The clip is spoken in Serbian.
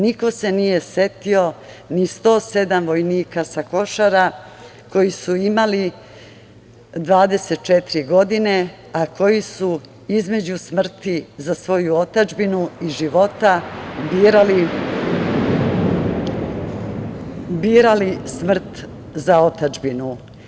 Niko se nije setio ni 107 vojnika sa Košara koji su imali 24 godine, a koji su između smrti za svoju otadžbinu i života birali smrt za otadžbinu.